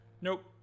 Nope